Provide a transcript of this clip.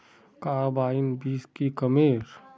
Carbine बीस की कमेर?